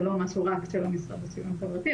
זה לא משהו רק של המשרד לשוויון החברתי,